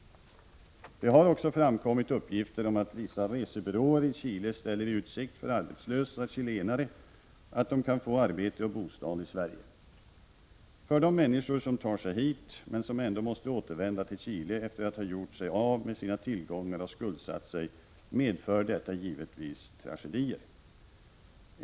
Det har också framkommit uppgifter om att vissa resebyråer i Chile ställer i utsikt för arbetslösa chilenare att de kan få arbete och bostad i Sverige. För de människor som tar sig hit, men som ändå måste återvända till Chile efter att ha gjort sig av med sina tillgångar och skuldsatt sig, medför detta givetvis tragedier.